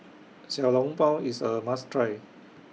Xiao Long Bao IS A must Try